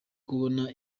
kubona